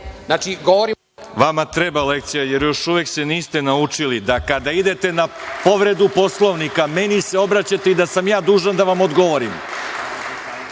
Vama treba lekcija, jer se još uvek niste naučili da kada idete na povredu Poslovnika, meni se obraćate i ja sam dužan da vam odgovorim. Očigledno